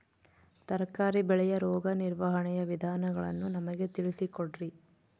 ತರಕಾರಿ ಬೆಳೆಯ ರೋಗ ನಿರ್ವಹಣೆಯ ವಿಧಾನಗಳನ್ನು ನಮಗೆ ತಿಳಿಸಿ ಕೊಡ್ರಿ?